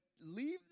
leave